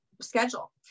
schedule